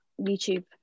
YouTube